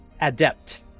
adept